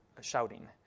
shouting